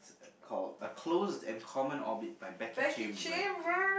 called a closed and common orbit by Becky-Chambers